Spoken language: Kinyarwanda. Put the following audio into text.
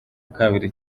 kabiri